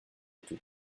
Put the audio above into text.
tout